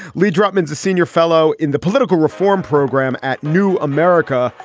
lee drutman is a senior fellow in the political reform program at new america.